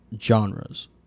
genres